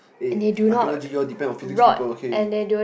eh Archaeology you all depend on Physics people okay